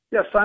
Yes